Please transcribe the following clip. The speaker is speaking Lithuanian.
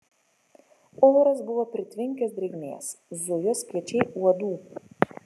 oras buvo pritvinkęs drėgmės zujo spiečiai uodų